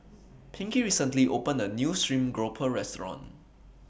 Pinkie recently opened A New Stream Grouper Restaurant